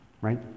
right